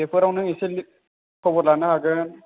बेफोराव नों इसे खबर लानो हागोन